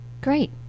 great